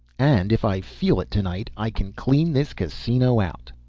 and if i feel it tonight i can clean this casino out!